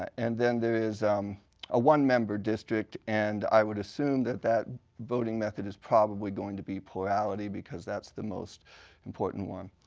and then there is a one member district, and i would assume that that voting method is probably going to be plurality because that's the most important one.